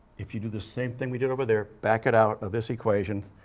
if you do the same thing we did over there, back it out of this equation.